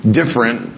different